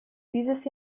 dieses